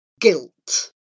guilt